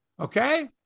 Okay